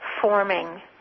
forming